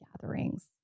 gatherings